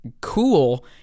cool